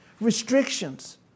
restrictions